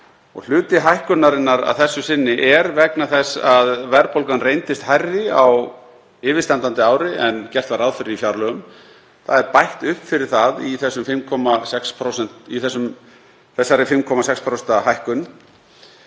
Hluti hækkunarinnar að þessu sinni er vegna þess að verðbólgan reyndist hærri á yfirstandandi ári en gert var ráð fyrir í fjárlögum. Það er bætt upp fyrir það í þessari 5,6% hækkun.